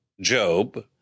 Job